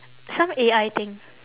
some A_I thing